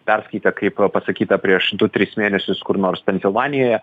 perskaitę kaip pasakyta prieš du tris mėnesius kur nors pensilvanijoje